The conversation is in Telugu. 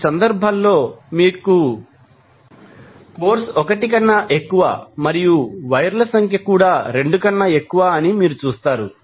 ఈ సందర్భాలలో మీరు కోర్సులు 1 కన్నా ఎక్కువ మరియు వైర్ ల సంఖ్య కూడా 2 కన్నా ఎక్కువ అని చూస్తారు